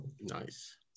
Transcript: Nice